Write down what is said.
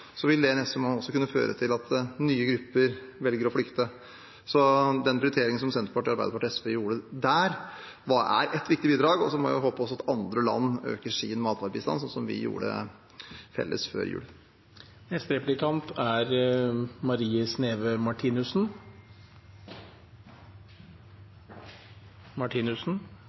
vil i neste omgang kunne føre til at nye grupper velger å flykte, så den prioriteringen som Senterpartiet, Arbeiderpartiet og SV gjorde der, er et viktig bidrag. Så må jeg håpe at også andre land øker sin matvarebistand som vi felles gjorde før jul. Et viktig tema i debatten har vært inndekning og faren for inflasjon. Det er